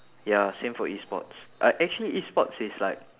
ya same for E sports uh actually E sports it's like